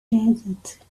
desert